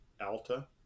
Alta